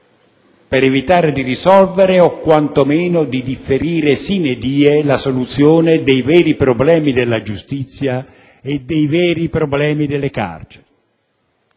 per evitare di risolvere o quantomeno di differire *sine die* la soluzione dei veri problemi della giustizia e dei veri problemi delle carceri.